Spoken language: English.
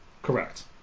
Correct